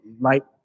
light